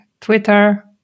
Twitter